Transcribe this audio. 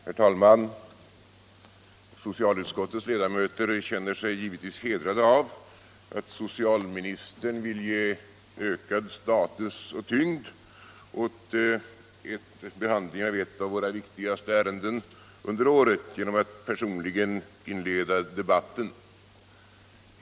Herr talman! Socialutskottets ledamöter känner sig givetvis hedrade av att socialministern vill ge ökad status och tyngd åt behandlingen av ett av våra viktigaste ärenden under året genom att personligen inleda debatten.